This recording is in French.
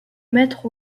mettre